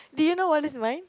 did you know what is mine